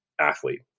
athlete